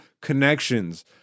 connections